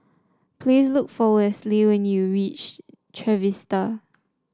please look for Westley when you reach Trevista